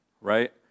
right